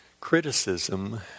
Criticism